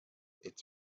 its